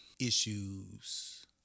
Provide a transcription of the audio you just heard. issues